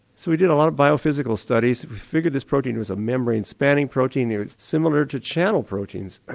so we did a lot of biophysical studies. we figured this protein was a membrane spanning protein similar to channel proteins,